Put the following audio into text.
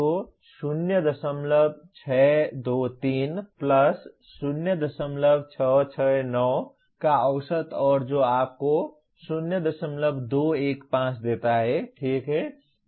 तो 0623 0669 का औसत और जो आपको 0215 देता है ठीक है